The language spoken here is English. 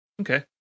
Okay